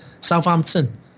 Southampton